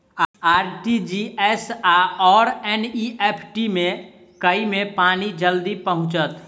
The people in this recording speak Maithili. आर.टी.जी.एस आओर एन.ई.एफ.टी मे केँ मे पानि जल्दी पहुँचत